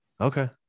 Okay